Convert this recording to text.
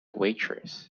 waitress